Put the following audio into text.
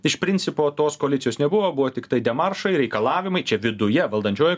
iš principo tos koalicijos nebuvo buvo tiktai demaršai reikalavimai čia viduje valdančiojoj